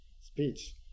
speech